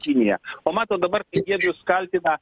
kinija o matot dabar kai giedrius kaltina